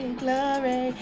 glory